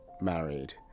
married